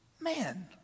man